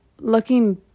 looking